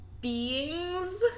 beings